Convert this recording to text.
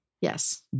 yes